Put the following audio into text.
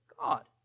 God